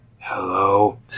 hello